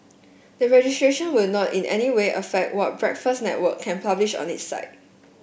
the registration will not in any way affect what Breakfast Network can publish on its site